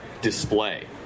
display